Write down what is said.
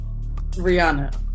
Rihanna